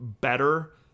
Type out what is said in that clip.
better